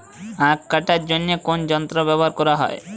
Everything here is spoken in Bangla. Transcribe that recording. আঁখ কাটার জন্য কোন যন্ত্র ব্যাবহার করা ভালো?